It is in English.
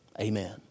Amen